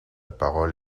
parole